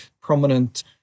prominent